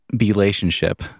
relationship